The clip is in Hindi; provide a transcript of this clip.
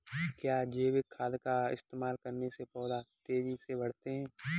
क्या जैविक खाद का इस्तेमाल करने से पौधे तेजी से बढ़ते हैं?